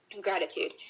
gratitude